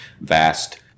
vast